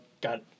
got